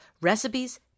recipes